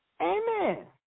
Amen